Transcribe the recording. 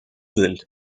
sind